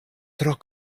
tro